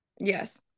Yes